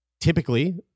typically